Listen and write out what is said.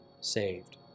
saved